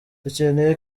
dukeneye